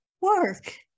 work